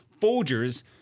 Folgers